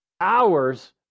hours